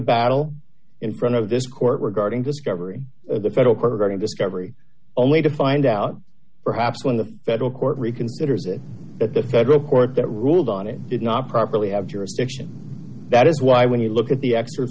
battle in front of this court regarding discovery the federal court already discovery only to find out perhaps when the federal court reconsiders it the federal court that ruled on it did not properly have jurisdiction that is why when you look at the ex